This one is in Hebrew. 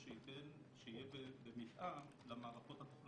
אתם רוצים שתהיה לי יכולת לפנות לאותו גורם